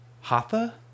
Hatha